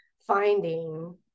finding